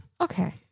Okay